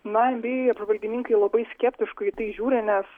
na en by ei apžvalgininkai labai skeptiškai į tai žiūri nes